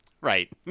Right